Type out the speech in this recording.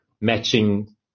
matching